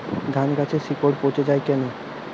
ধানগাছের শিকড় পচে য়ায় কেন?